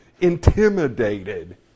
intimidated